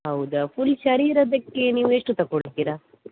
ಹೌದಾ ಫುಲ್ ಶರೀರದ್ದಕ್ಕೆ ನೀವು ಎಷ್ಟು ತಗೊಳ್ತಿರ